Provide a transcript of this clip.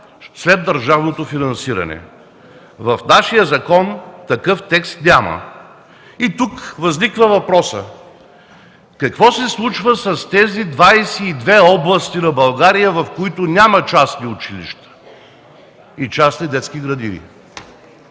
след държавното финансиране. В нашия закон такъв текст няма. Тук възниква въпросът: какво се случва с тези 22 области на България, в които няма частни училища и частни детски градини?